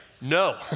no